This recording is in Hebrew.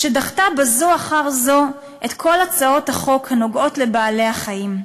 שדחתה בזו אחר זו את כל הצעות החוק הנוגעות לבעלי-החיים.